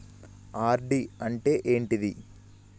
RD అంటే ఏంటిది?